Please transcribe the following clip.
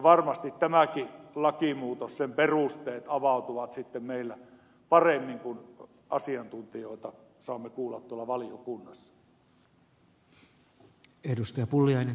varmasti tämänkin lakimuutoksen perusteet avautuvat sitten meille paremmin kun asiantuntijoita saamme kuulla tuolla valiokunnassa